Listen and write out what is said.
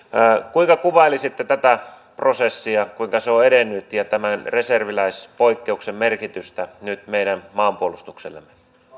kuinka kuvailisitte tätä prosessia kuinka se on edennyt ja tämän reserviläispoikkeuksen merkitystä nyt meidän maanpuolustuksellemme